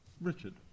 Richard